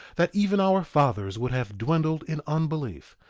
that even our fathers would have dwindled in unbelief,